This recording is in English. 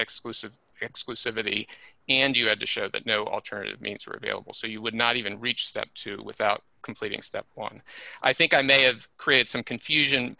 exclusive exclusivity and you had to show that no alternative means were available so you would not even reach step two without completing step one i think i may have created some confusion